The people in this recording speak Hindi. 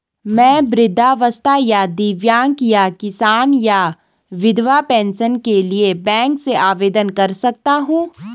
मैं वृद्धावस्था या दिव्यांग या किसान या विधवा पेंशन के लिए बैंक से आवेदन कर सकता हूँ?